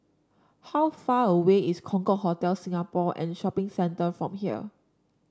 how far away is Concorde Hotel Singapore and Shopping Centre from here